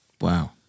Wow